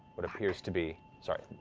what appears to be sorry,